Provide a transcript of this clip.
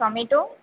tomato